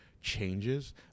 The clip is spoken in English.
changes